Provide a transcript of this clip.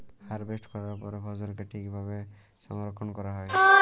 harvest ক্যরার পরে ফসলকে ঠিক ভাবে সংরক্ষল ক্যরা হ্যয়